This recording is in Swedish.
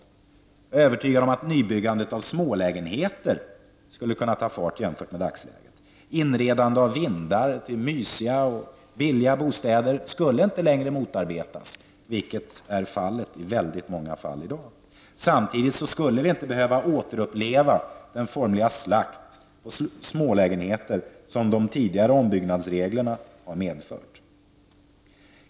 Jag är övertygad om att nybyggandet av smålägenheter skulle ta fart jämfört med dagsläget. Inredande av vindar till mysiga och billiga bostäder skulle inte längre motarbetas, vilket ofta är fallet i dag. Samtidigt skulle vi inte behöva återuppleva den formliga slakt på smålägenheter som de tidigare ombyggnadsreglerna har medfört.